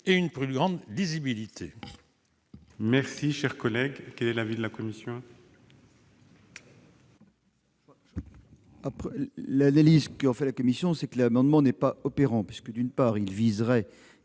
et une plus grande lisibilité